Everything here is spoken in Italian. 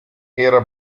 era